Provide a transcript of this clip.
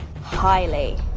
highly